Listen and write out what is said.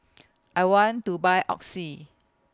I want to Buy Oxy